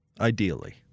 Ideally